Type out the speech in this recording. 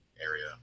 area